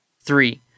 Three